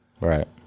Right